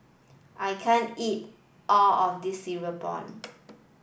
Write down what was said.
I can't eat all of this cereal prawn